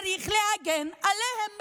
צריך להגן עליהן מאלימות.